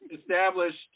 Established